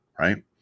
right